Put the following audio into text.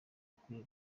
ikwiye